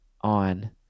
on